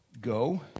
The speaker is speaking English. Go